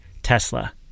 tesla